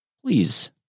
Please